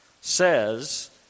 says